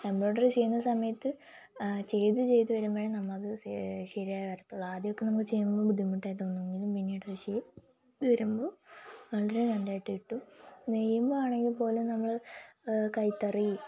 embroidery ചെയ്യുന്ന സമയത്ത് ചെയ്തു ചെയ്തു വരുമ്പോഴേ നമ്മൾക്ക് ശരിയായി വരത്തുള്ളൂ ആദ്യമൊക്കെ നമുക്ക് ചെയ്യുമ്പോൾ ബുദ്ധിമുട്ടായി തോന്നുമെങ്കിലും പിന്നീട് പക്ഷേ ഇത് വരുമ്പോൾ വളരെ നല്ലതായിട്ട് കിട്ടും നെയ്യുമ്പോൾ ആണെങ്കിൽപ്പോലും നമ്മൾ കൈത്തറി